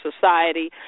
Society